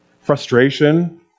Frustration